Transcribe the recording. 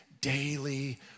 daily